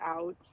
out